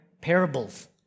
parables